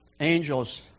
Angels